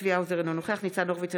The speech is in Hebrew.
אינו נוכח יולי יואל אדלשטיין,